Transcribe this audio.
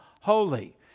holy